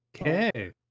Okay